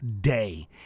day